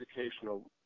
educational